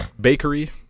bakery